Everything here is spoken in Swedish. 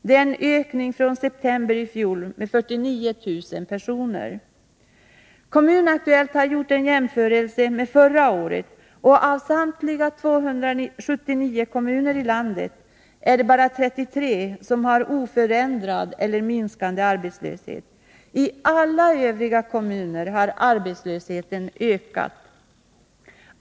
Det är en ökning från september i fjol med 49 000 personer. Kommun Aktuellt har gjort en jämförelse med förra året, och av samtliga 279 kommuner i landet är det bara 33 som har oförändrad eller minskande arbetslöshet. I alla övriga kommuner har arbetslösheten ökat.